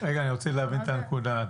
רגע, אני רוצה להבין את הנקודה.